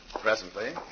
presently